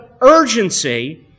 urgency